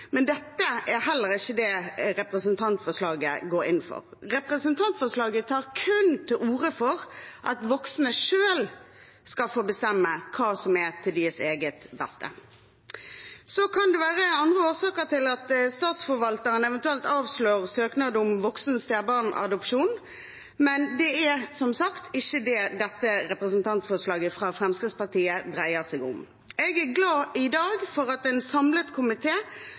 men dette er heller ikke det representantforslaget går inn for. Representantforslaget tar kun til orde for at voksne selv skal få bestemme hva som er til deres eget beste. Det kan være andre årsaker til at statsforvalteren eventuelt avslår søknaden om voksen stebarnsadopsjon, men det er som sagt ikke det dette representantforslaget fra Fremskrittspartiet dreier seg om. Jeg er i dag glad for at en samlet